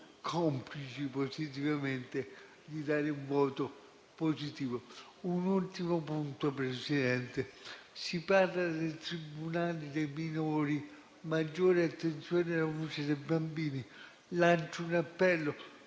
complici positivamente di dare un voto positivo. Un ultimo punto: si parla del tribunale dei minori e di maggiore attenzione alla voce dei bambini. Lancio un appello: